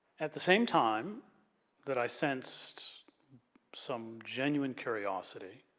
at the same time that i sensed some genuine curiosity